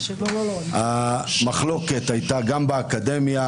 המחלוקת הייתה גם באקדמיה,